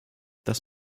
das